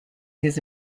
his